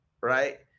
right